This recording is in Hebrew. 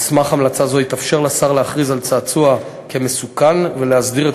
על סמך המלצה זו יתאפשר לשר להכריז על צעצוע כמסוכן ולהסדיר את